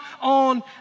on